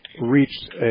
reached